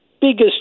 biggest